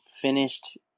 finished